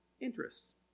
interests